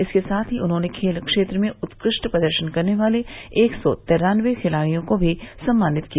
इसके साथ ही उन्होंने खेल क्षेत्र में उत्कृष्ट प्रदर्शन करने वाले एक सौ तिरानये खिलाड़ियों को भी सम्मानित किया